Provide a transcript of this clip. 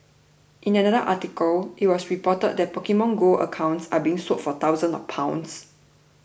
in another article it was reported that Pokemon Go accounts are being sold for thousands of pounds